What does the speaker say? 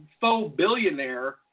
faux-billionaire